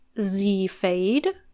Z-Fade